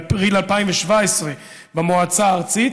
היא נדונה באפריל 2017 במועצה הארצית,